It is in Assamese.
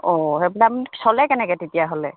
অঁ চলে কেনেকৈ তেতিয়াহ'লে